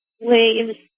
waves